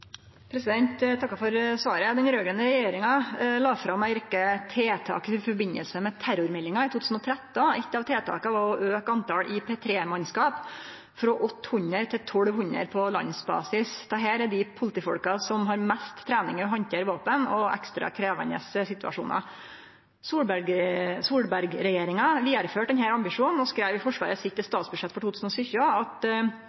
Eg takkar for svaret. Den raud-grøne regjeringa la fram ei rekkje tiltak i forbindelse med terrormeldinga i 2013. Eitt av tiltaka var å auke talet på IP3-mannskap frå 800 til 1 200 på landsbasis. Dette er dei politifolka som har mest trening i å handtere våpen og ekstra krevjande situasjonar. Solberg-regjeringa vidareførte denne ambisjonen og skreiv i forslaget sitt